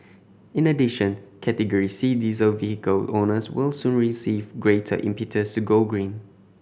in addition Category C diesel vehicle owners will soon receive greater impetus to go green